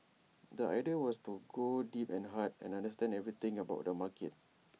the idea was to go deep and hard and understand everything about the market